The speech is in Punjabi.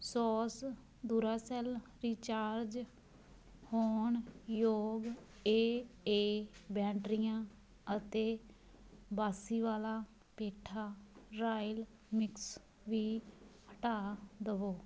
ਸੋਸ ਦੂਰਾਸੈੱਲ ਰਿਚਾਰਜ ਹੋਣਯੋਗ ਏ ਏ ਬੈਟਰੀਆਂ ਅਤੇ ਬਾਸੀਵਾਲਾ ਪੇਠਾ ਰਾਇਲ ਮਿਕਸ ਵੀ ਹਟਾ ਦੇਵੋ